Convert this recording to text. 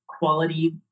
quality